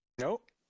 Nope